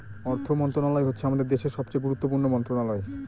অর্থ মন্ত্রণালয় হচ্ছে আমাদের দেশের সবচেয়ে গুরুত্বপূর্ণ মন্ত্রণালয়